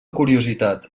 curiositat